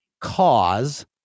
cause